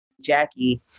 Jackie